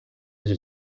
iki